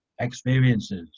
experiences